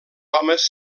homes